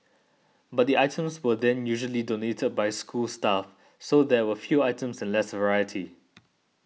but the items were then usually donated by school staff so there were few items and less variety